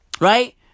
Right